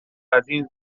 ازاین